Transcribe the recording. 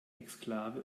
exklave